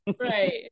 Right